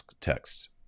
texts